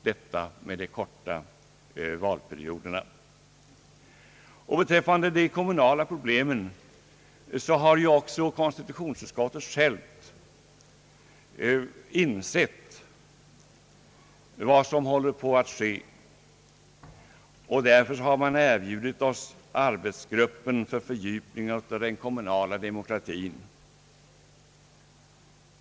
Beträffande problemen på det kommunala planet har också konstitutionsutskottet insett vad som håller på att ske. Det är därför som man har erbjudit oss arbetsgruppen för fördjupning av den kommunala demokratin.